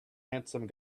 handsome